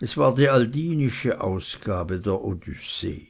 es war die aldinische ausgabe der odyssee